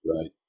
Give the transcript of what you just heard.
right